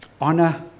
honor